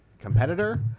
competitor